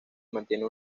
mantiene